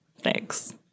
Thanks